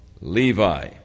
Levi